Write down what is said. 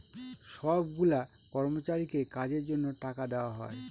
সব গুলা কর্মচারীকে কাজের জন্য টাকা দেওয়া হয়